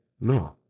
No